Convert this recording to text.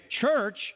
church